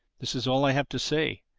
this is all i have to say.